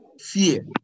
fear